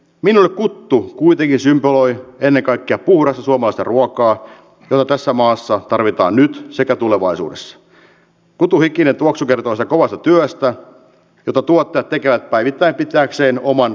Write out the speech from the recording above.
minä vittu kuitenkin symboloi ennen kaikkea ursula maista ruokaa jo tässä maassa tarvitaan sekä tulevaisuudessa on tuiki ja tuoksu kertoo se kovasta työstä jota tuottajat tekevät päivittäin pitääkseen oman